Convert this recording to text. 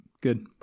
good